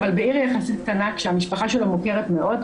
אבל בעיר יחסית קטנה כשהמשפחה שלו מוכרת מאוד,